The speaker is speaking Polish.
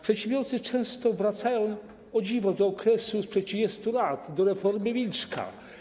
Przedsiębiorcy często wracają, o dziwo, do okresu sprzed 30 lat, do reformy Wilczka.